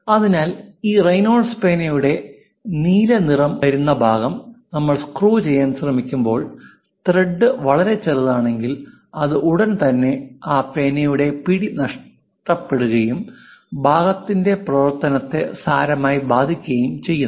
അതിനാൽ ഈ റെയ്നോൾഡ്സ് പേനയുടെ നീല നിറം വരുന്ന ഭാഗം നമ്മൾ സ്ക്രൂ ചെയ്യാൻ ശ്രമിക്കുമ്പോൾ ത്രെഡ് വളരെ ചെറുതാണെങ്കിൽ അത് ഉടൻ തന്നെ ആ പേനയുടെ പിടി നഷ്ടപ്പെടുകയും ഭാഗത്തിന്റെ പ്രവർത്തനത്തെ സാരമായി ബാധിക്കുകയും ചെയ്യുന്നു